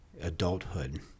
adulthood